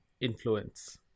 Influence